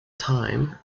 time